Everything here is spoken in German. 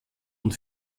und